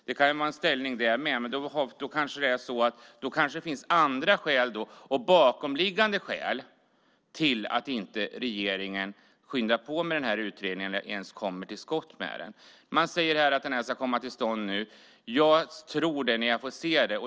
Det kan också vara en inställning, men då kanske det finns andra och bakomliggande skäl till att regeringen inte skyndar på med utredningen och ens kommer till skott med den. Man säger här att utredningen ska komma till stånd nu. Jag tror det när jag får se det.